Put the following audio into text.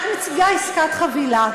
את מציגה עסקת חבילה.